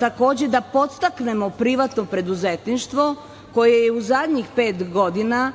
takođe da podstaknemo privatno preduzetništvo, koje je u zadnjih pet godina